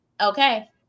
okay